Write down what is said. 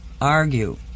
argue